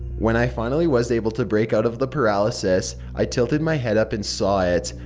when i finally was able to break out of the paralysis i tilted my head up and saw it.